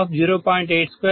820